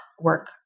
work